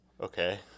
Okay